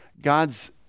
God's